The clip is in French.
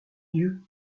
dieu